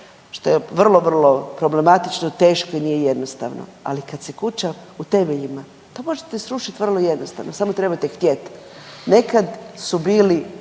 što je vrlo, vrlo problematično, teško i nije jednostavno. Ali kad se kuća u temeljima, pa možete srušiti vrlo jednostavno samo trebate htjet. Nekad su bili